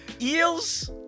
Eels